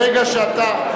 ברגע שאתה,